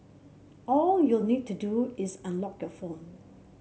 all you'll need to do is unlock your phone